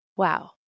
wow